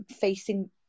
facing